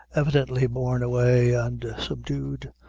evidently borne away and subdued,